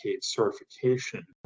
certification